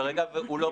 כרגע הוא לא בוטל.